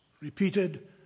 repeated